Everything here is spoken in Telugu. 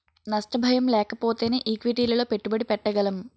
నష్ట భయం లేకపోతేనే ఈక్విటీలలో పెట్టుబడి పెట్టగలం